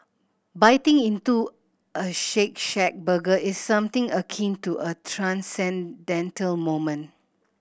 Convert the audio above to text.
biting into a Shake Shack burger is something akin to a transcendental moment